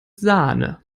sahne